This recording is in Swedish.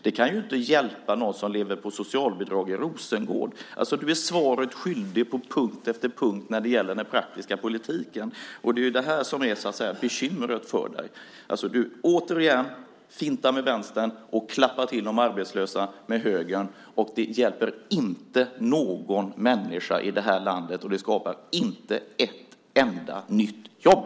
Det kan inte hjälpa den som lever på socialbidrag i Rosengård. Du är svaret skyldig på punkt efter punkt när det gäller den praktiska politiken. Det är det som är bekymret för dig. Återigen fintar du med vänstern och klappar till de arbetslösa med högern. Det hjälper inte någon människa i det här landet. Det skapar inte ett enda nytt jobb.